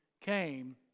came